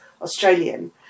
Australian